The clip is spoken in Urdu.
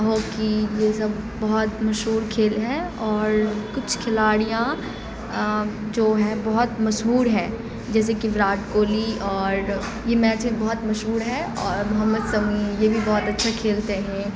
ہاکی یہ سب بہت مشہور کھیل ہے اور کچھ کھلاڑیاں جو ہیں بہت مشہور ہیں جیسے کہ وراٹ کوہلی اور یہ میچ میں بہت مشہور ہے اور محمد سمیع یہ بھی بہت اچھا کھیلتے ہیں